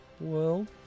world